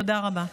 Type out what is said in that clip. תודה רבה.